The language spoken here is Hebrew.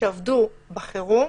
שעבדו בחירום